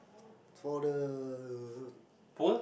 for the